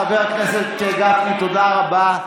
חבר הכנסת גפני, תודה רבה.